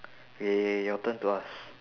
eh your turn to ask